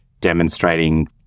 demonstrating